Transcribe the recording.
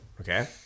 Okay